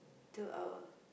two hour